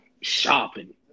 shopping